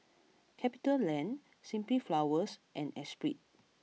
Capita Land Simply Flowers and Espirit